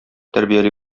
тәрбияли